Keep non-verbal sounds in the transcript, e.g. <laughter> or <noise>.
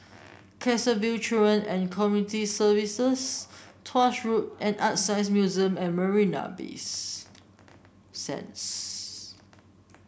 Canossaville Children and Community Services Tuas Road and ArtScience Museum at Marina Bay <unintelligible> Sands